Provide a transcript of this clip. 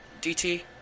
DT